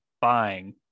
buying